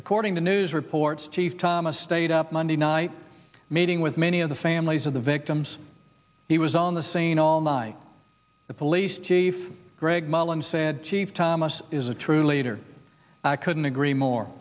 according to news reports chief thomas stayed up monday night meeting with many of the families of the victims he was on the scene all night the police chief greg mullen said chief thomas is a true leader i couldn't agree more